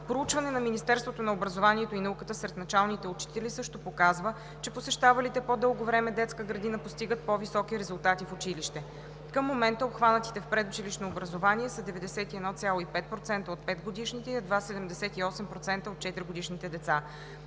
Проучване на Министерството на образованието и науката сред началните учители също показва, че посещавалите по-дълго време детска градина постигат по-високи резултати в училище. Към момента обхванатите в предучилищно образование са 91,5% от 5-годишните и едва 78% от 4-годишните деца.